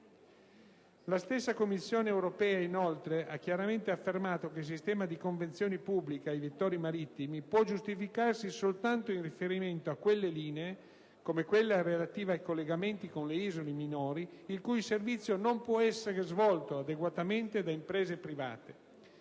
La stessa Commissione europea, inoltre, ha chiaramente affermato che il sistema di convenzioni pubbliche ai vettori marittimi può giustificarsi soltanto in riferimento a quelle linee, come quella relativa ai collegamenti con le isole minori, in cui il servizio non può essere svolto adeguatamente da imprese private.